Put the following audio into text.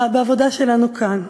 בעבודה שלנו כאן.